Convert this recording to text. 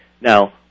Now